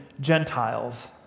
Gentiles